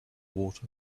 water